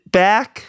back